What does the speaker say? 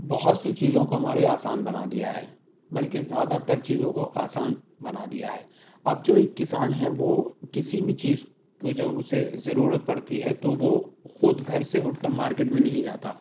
بہت سی چیزوں کو ہمارے آسان بنا دیا ہے بلکہ زیادہ تر چیزوں کو آسان بنا دیا ہے اب جو ایک کسان ہے وہ کسی بھی چیز کو جب اسے ضرورت پڑتی ہے تو وہ خود گھر سے اٹھ کر مارکیٹ میں نہیں جاتا